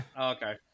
Okay